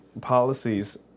policies